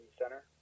Center